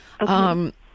Okay